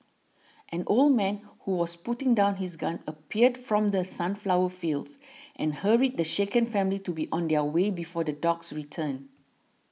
an old man who was putting down his gun appeared from the sunflower fields and hurried the shaken family to be on their way before the dogs return